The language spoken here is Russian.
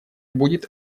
будет